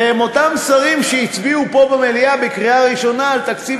והם אותם שרים שהצביעו פה במליאה בקריאה ראשונה על תקציב